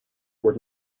were